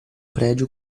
prédio